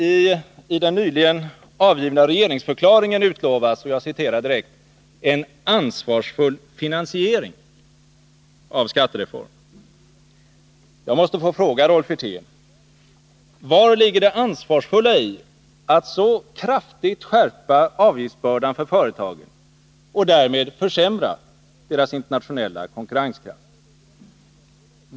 I den nyligen avgivna regeringsförklaringen utlovas ”en ansvarsfull finansiering” av skattereformen. Jag måste få fråga Rolf Wirtén: Vari ligger det ansvarsfulla i att så kraftigt skärpa avgiftsbördan för företagen och därmed försämra deras internationella konkurrenskraft?